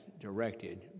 directed